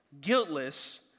guiltless